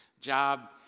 job